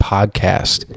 Podcast